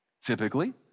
Typically